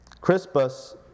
Crispus